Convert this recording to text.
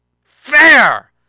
fair